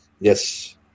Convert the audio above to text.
Yes